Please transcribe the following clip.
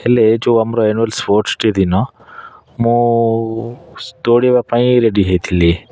ହେଲେ ଏ ଯେଉଁ ଆମର ଆନୁଆଲ୍ ସ୍ପୋର୍ଟ୍ସ ଡ଼େ ଦିନ ମୁଁ ଦୌଡ଼ିବା ପାଇଁ ରେଡ଼ି ହେଇଥିଲି